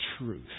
truth